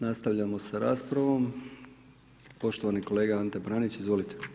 Nastavljamo sa raspravom, poštovani kolega Ante Pranić, izvolite.